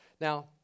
Now